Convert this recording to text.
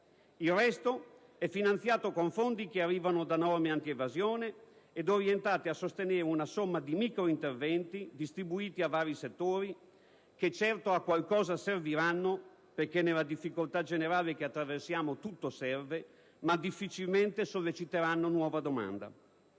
Il resto è finanziato con fondi che arrivano da norme antievasione ed orientate a sostenere una somma di microinterventi distribuiti su vari settori che, certo, a qualcosa serviranno, perché nella difficoltà generale che attraversiamo tutto serve, ma difficilmente solleciteranno nuova domanda.